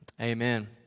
Amen